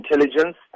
intelligence